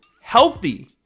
Healthy